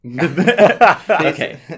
okay